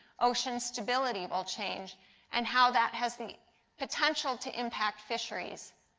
ocean stability will change and how that has the potential to impact fisheries.